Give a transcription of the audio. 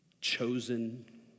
chosen